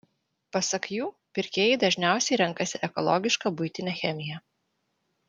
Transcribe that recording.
pasak jų pirkėjai dažniausiai renkasi ekologišką buitinę chemiją